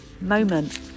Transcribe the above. moment